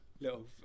little